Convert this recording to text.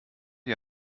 ihr